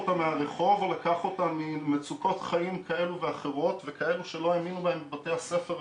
זאת המחויבות שלנו ולשם אנחנו ניקח את הדיון הזה.